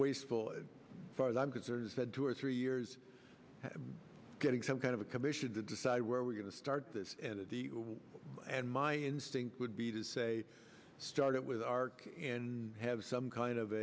wasteful as far as i'm concerned said two or three years getting some kind of a commission to decide where we're going to start this and my instinct would be to say started with arc have some kind of